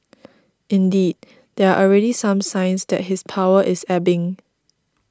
indeed there are already some signs that his power is ebbing